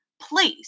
place